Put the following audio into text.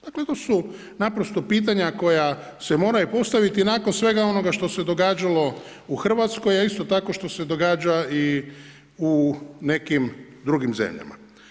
Dakle to su naprosto pitanja koja se moraju postaviti i nakon svega onoga što se događalo u Hrvatskoj, a isto tako što se događa i u nekim drugim zemljama.